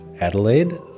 Adelaide